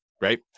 right